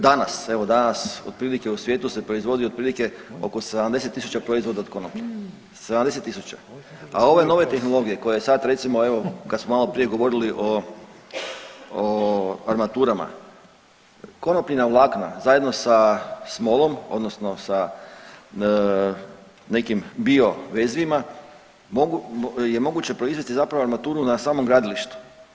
Danas, evo danas otprilike u svijetu se proizvodi otprilike oko 70 000 proizvoda od konoplje, 70 000 a ove nove tehnologije koje sad recimo evo kad smo malo prije govorili o armaturama konopljina vlakna zajedno sa smolom odnosno sa nekim bio vezivima je moguće proizvesti zapravo armaturu na samom gradilištu.